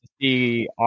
see